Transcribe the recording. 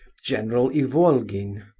general ivolgin.